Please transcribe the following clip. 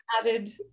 added